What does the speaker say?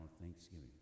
Thanksgiving